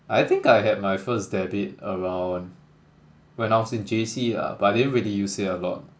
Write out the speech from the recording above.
I think I had my first debit around when I was in J_C ah but I didn't really use it a lot